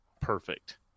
perfect